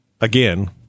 again